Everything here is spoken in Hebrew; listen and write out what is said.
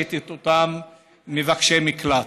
מגרשת את אותם מבקשי מקלט.